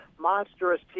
monstrous